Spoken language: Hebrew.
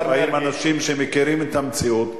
-- במיוחד כשבאים אנשים שמכירים את המציאות,